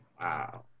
Wow